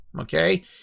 Okay